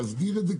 להסדיר את זה.